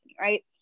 right